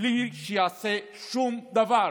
בלי שיעשה שום דבר.